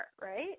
right